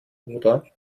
oder